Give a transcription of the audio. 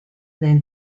del